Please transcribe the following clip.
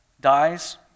dies